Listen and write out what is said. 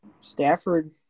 Stafford